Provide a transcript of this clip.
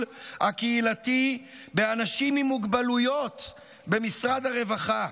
הקהילתי באנשים עם מוגבלויות במשרד הרווחה,